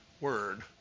word